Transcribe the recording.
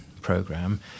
Program